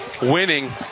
winning